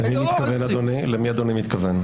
למי אדוני מתכוון?